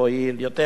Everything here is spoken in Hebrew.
יותר יעיל.